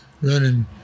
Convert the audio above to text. running